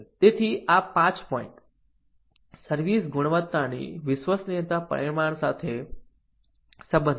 તેથી આ 5 point service ગુણવત્તાની વિશ્વસનીયતા પરિમાણ સાથે સંબંધિત છે